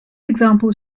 example